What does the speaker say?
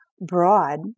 broad